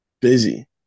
busy